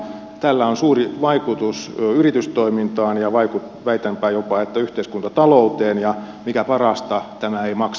tällä on suuri vaikutus yritystoimintaan ja väitänpä jopa että yhteiskuntatalouteen ja mikä parasta tämä imax